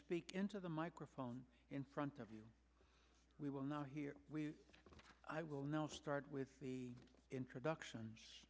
speak into the microphone in front of you we will now here we i will now start with the introduction